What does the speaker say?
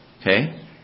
Okay